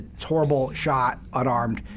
it's horrible. shot, unarmed.